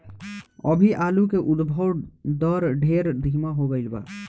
अभी आलू के उद्भव दर ढेर धीमा हो गईल बा